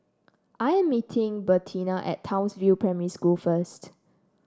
I am meeting Bertina at Townsville Primary School first